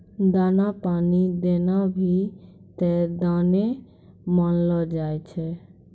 दाना पानी देना भी त दाने मानलो जाय छै